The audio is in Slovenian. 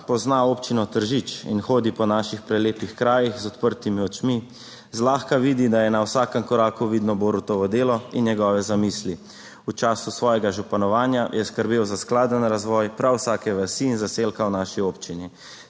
pozna občino Tržič in hodi po naših prelepih krajih z odprtimi očmi, zlahka vidi, da je na vsakem koraku vidno Borutovo delo in njegove zamisli. V času svojega županovanja je skrbel za skladen razvoj prav vsake vasi in zaselka v naši občini.